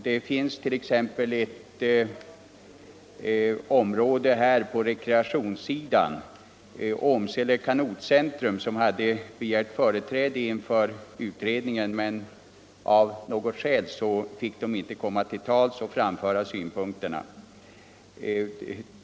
Representanter för en organisation som är verksam på rekreationssidan, Åmsele Kanotcentrum, begärde företräde inför utredningen men fick inte komma till tals och framföra sina synpunkter.